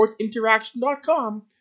sportsinteraction.com